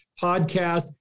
podcast